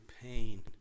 pain